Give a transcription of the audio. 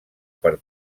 per